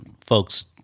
folks